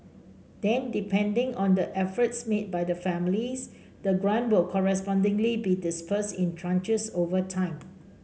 then depending on the efforts made by the families the grant will correspondingly be disburse in tranches over time